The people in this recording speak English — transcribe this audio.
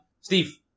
Steve